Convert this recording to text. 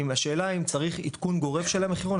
השאלה אם צריך עדכון גורף של המחירון,